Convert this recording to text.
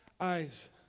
Eyes